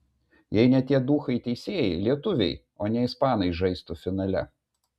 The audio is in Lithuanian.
jei ne tie duchai teisėjai lietuviai o ne ispanai žaistų finale